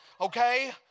okay